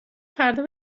فردا